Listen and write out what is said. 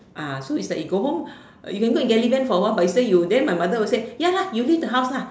ah so is like you go home you can go and get leave then for a while you say you then my mother will say ya lah you leave the house lah